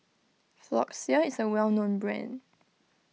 Floxia is a well known brand